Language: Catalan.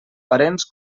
parents